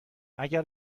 اگر